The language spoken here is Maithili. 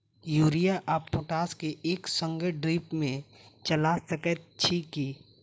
यूरिया आ पोटाश केँ एक संगे ड्रिप मे चला सकैत छी की?